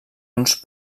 uns